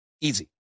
Easy